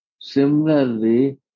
Similarly